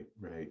Right